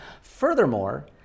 Furthermore